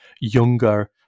younger